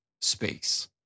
space